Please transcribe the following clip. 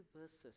verses